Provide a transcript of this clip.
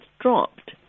dropped